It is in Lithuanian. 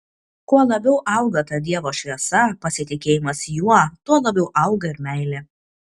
kuo labiau auga ta dievo šviesa pasitikėjimas juo tuo labiau auga ir meilė